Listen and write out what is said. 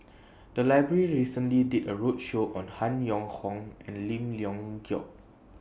The Library recently did A roadshow on Han Yong Hong and Lim Leong Geok